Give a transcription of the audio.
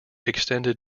extended